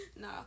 No